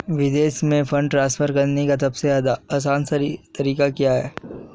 विदेश में fund transfer करने का सबसे आसान तरीका क्या है?